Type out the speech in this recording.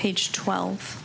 page twelve